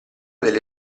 delle